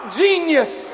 genius